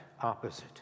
opposite